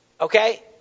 Okay